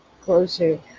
closer